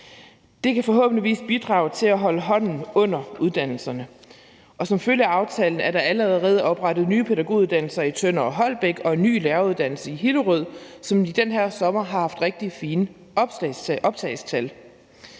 Det kan forhåbentligvis bidrage til at holde hånden under uddannelserne, og der er som følge af aftalen allerede oprettet nye pædagoguddannelser i Tønder og Holbæk og en ny læreruddannelse i Hillerød, som i den her sommer har haft rigtig fine optagelsestal.